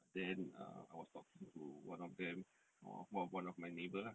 but then err I was talking to one of them err one of my neighbour lah